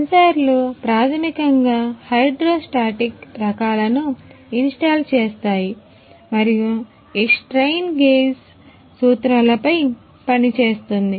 సెన్సార్లు ప్రాథమికంగా హైడ్రోస్టాటిక్ రకాలను ఇన్స్టాల్ చేస్తాయి మరియు ఈ స్ట్రెయిన్ గేజ్ సూత్రాలపై పని చేస్తుంది